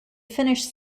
finished